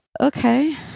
Okay